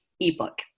ebook